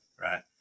Right